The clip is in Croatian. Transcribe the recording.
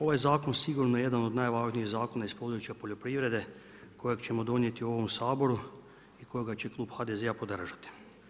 Ovaj zakon je sigurno jedan od najvažnijih zakona iz područja poljoprivrede kojeg ćemo donijeti u ovom Saboru i kojega će klub HDZ-a podržati.